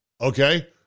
Okay